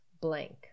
blank